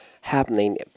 happening